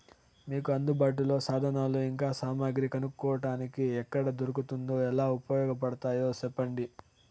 మీకు అందుబాటులో సాధనాలు ఇంకా సామగ్రి కొనుక్కోటానికి ఎక్కడ దొరుకుతుందో ఎలా ఉపయోగపడుతాయో సెప్పండి?